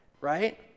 right